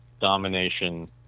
domination